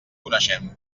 coneixem